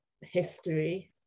history